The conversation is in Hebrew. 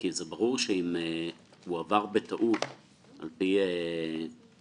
כי זה ברור שאם הועבר בטעות על פי קוד